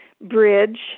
Bridge